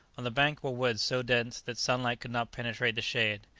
on the bank were woods so dense that sunlight could not penetrate the shade.